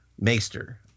maester